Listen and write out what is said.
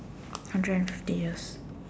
hundred and fifty years